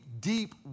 deep